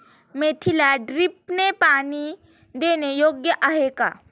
मेथीला ड्रिपने पाणी देणे योग्य आहे का?